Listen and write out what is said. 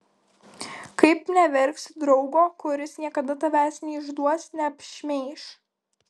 kaip neverksi draugo kuris niekada tavęs neišduos neapšmeiš